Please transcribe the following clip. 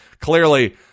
clearly